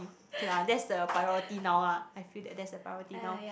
okay lah that is the priority now lah I feel that that's the priority now